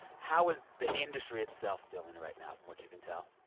how is the industry itself feeling right now from what you can tell?